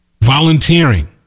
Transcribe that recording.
Volunteering